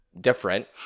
different